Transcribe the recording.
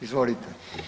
Izvolite.